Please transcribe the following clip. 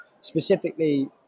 specifically